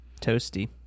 toasty